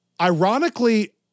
Ironically